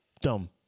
Dumb